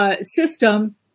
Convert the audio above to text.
system